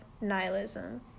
nihilism